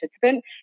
participant